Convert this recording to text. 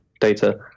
data